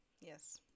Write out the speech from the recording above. Yes